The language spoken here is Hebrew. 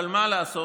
אבל מה לעשות?